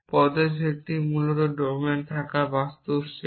পদের সেটটি মূলত ডোমিনে থাকা বস্তুর সেট